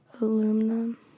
aluminum